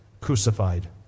crucified